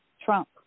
Trump